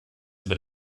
über